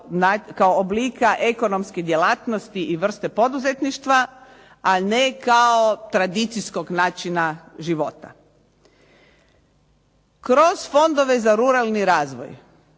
kao oblika ekonomske djelatnosti i vrste poduzetništva, a ne kao tradicijskog načina života. Kroz Fondove za ruralni razvoj